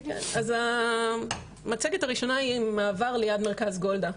אז המצגת הראשונה היא מעבר ליד מרכז גולדה.